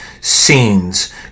scenes